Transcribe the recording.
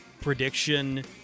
prediction